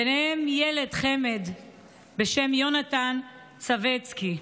ביניהם ילד חמד בשם יונתן סביצקי.